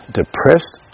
depressed